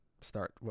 Start